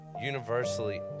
Universally